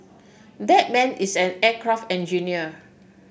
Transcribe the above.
that man is an aircraft engineer